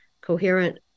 coherent